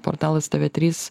portalas tv trys